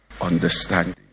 understanding